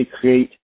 create